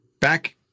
back